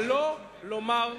ולא לומר דבר.